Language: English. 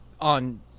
on